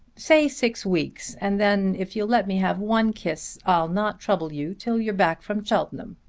say six weeks, and then, if you'll let me have one kiss, i'll not trouble you till you're back from cheltenham.